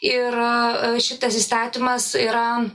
ir šitas įstatymas yra